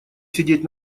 сидеть